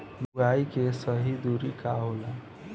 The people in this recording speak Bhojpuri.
बुआई के सही दूरी का होला?